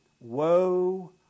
Woe